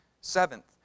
Seventh